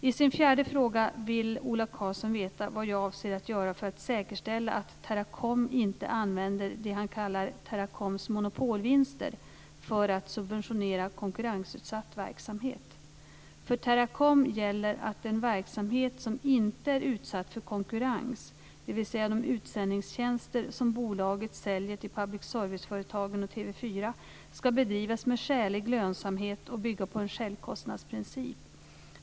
I sin fjärde fråga vill Ola Karlsson veta vad jag avser att göra för att säkerställa att Teracom inte använder det han kallar Teracoms monopolvinster för att subventionera konkurrensutsatt verksamhet. För Teracom gäller att den verksamhet som inte är utsatt för konkurrens, dvs. de utsändningstjänster som bolaget säljer till public service-företagen och TV 4, ska bedrivas med skälig lönsamhet och bygga på en självkostnadsprincip.